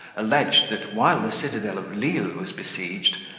alledged, that while the citadel of lisle was besieged,